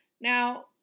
Now